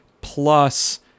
plus